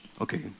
Okay